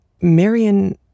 Marion